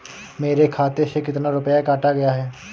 मेरे खाते से कितना रुपया काटा गया है?